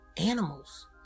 animals